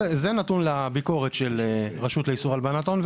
זה נתון לביקורת של הרשות לאיסור הלבנת הון,